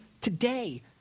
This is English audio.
today